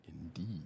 Indeed